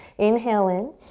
inhale in,